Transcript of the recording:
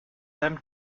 seinem